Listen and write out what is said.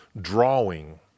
drawing